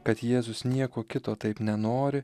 kad jėzus nieko kito taip nenori